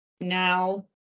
now